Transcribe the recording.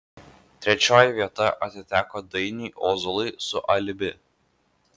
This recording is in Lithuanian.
trečioji vieta atiteko dainiui ozolui su alibi